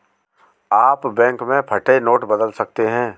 आप बैंक में फटे नोट बदल सकते हैं